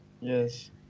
Yes